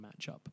matchup